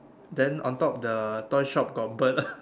then on top the toy shop got bird